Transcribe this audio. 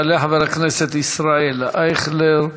יעלה חבר הכנסת ישראל אייכלר,